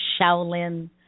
Shaolin